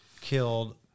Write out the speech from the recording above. killed